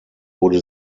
wurde